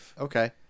okay